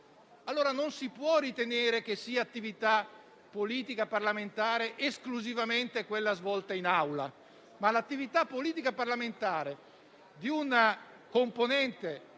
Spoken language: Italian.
Governo. Non si può ritenere che l'attività politica e parlamentare sia esclusivamente quella svolta in Aula. L'attività politica e parlamentare di un componente